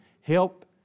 help